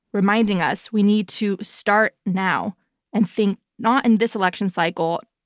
reminding us we need to start now and think not in this election cycle,